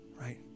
right